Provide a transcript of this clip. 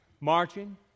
marching